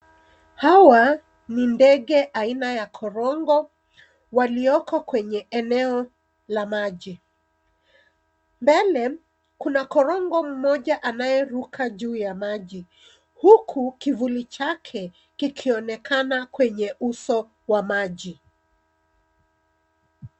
Hawa ni ndege aina ya korongo walioko kwenye eneo la maji. Mbele, kuna korongo mmoja anayeruka juu ya maji, huku kivuli chake kikionekana kwenye uso wa maji.